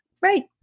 Right